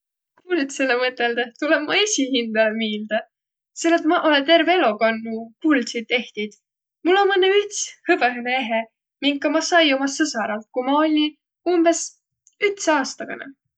Kuldsõlõ mõtõldõh tulõ ma esiq hindäle miilde, selle et maq olõ terve elo kanduq kuldsit ehtit. Mul om õnnõ üts hõbõhõnõ eheq, minka ma sai uma sõsaralt, ku ma olli umbõs ütsäaastaganõ.